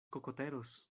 cocoteros